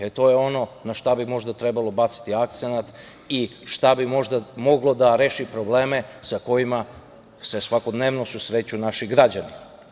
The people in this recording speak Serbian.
To je ono na šta bi možda trebalo baciti akcenat i šta bi možda moglo da reši probleme sa kojima se svakodnevno susreću naši građani.